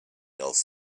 else